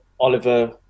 Oliver